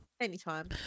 Anytime